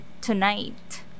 tonight